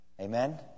Amen